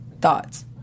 Thoughts